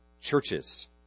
churches